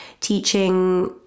teaching